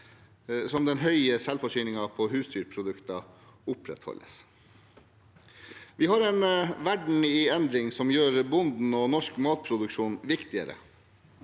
som den høye selvforsyningen på husdyrprodukter opprettholdes. Vi har en verden i endring som gjør bonden og norsk matproduksjon viktigere.